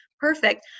Perfect